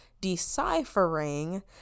deciphering